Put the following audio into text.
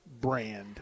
brand